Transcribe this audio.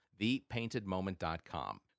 ThePaintedMoment.com